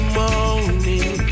morning